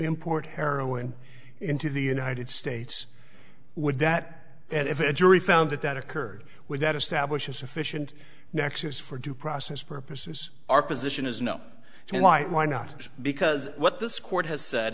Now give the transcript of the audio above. import heroin into the united states would that and if it jury found that that occurred without establishing sufficient nexus for due process purposes our position is no why why not because what this court has said